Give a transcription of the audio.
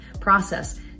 process